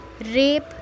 rape